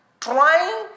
Trying